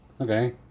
Okay